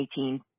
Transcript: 2018